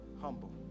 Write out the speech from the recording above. humble